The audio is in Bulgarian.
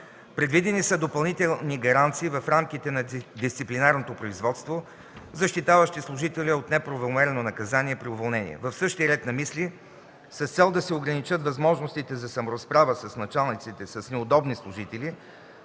Предвидени са допълнителни гаранции в рамките на дисциплинарното производство, защитаващи служителя от неправомерно наказание при уволнение. В същия ред на мисли с цел да се ограничат възможностите за саморазправа на началниците с неудобни служители